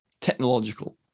technological